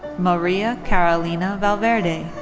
maria carolina valverde.